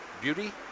beauty